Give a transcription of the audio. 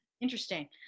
Interesting